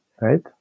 Right